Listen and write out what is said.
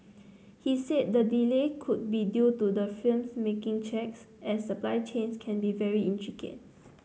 he said the delay could be due to the firms making checks as supply chains can be very intricate